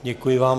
Děkuji vám.